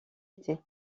été